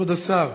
כבוד השר,